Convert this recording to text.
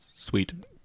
Sweet